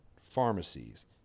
pharmacies